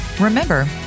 Remember